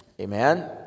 Amen